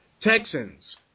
Texans